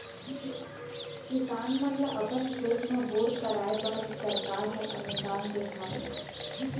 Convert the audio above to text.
किसान मन ल अपन खेत म बोर कराए बर सरकार हर अनुदान देत हावय